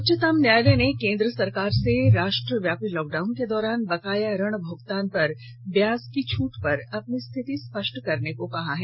उच्चतम न्यायालय ने केंद्र सरकार से राष्ट्रव्यापी लॉकडाउन के दौरान बकाया ऋण भुगतान पर ब्याज की छूट पर अपनी रिथिति स्पष्ट करने को कहा है